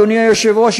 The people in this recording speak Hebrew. אדוני היושב-ראש,